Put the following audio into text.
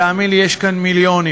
תאמין לי, יש כאן מיליונים.